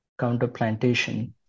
counterplantation